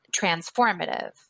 transformative